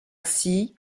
assis